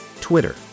Twitter